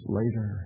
later